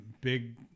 big